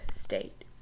state